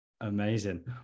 amazing